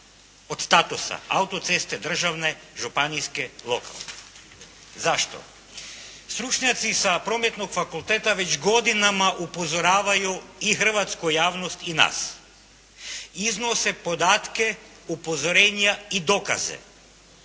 od statusa, autoceste, državne, županijske, lokalne? Zašto? Stručnjaci sa prometnog fakulteta već godinama upozoravaju i hrvatsku javnost i nas. Iznose podatke upozorenja i dokaze